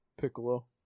Piccolo